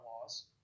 laws